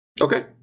Okay